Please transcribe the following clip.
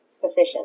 position